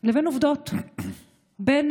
לבין עובדות, בין